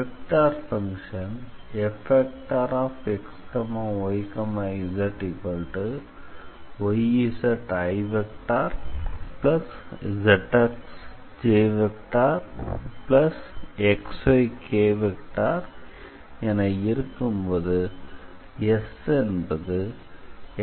vector function Fxyzyzizxjxyk என இருக்கும் போது S என்பது